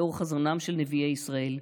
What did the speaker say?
לאור חזונם של נביאי ישראל,